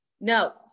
No